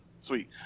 Sweet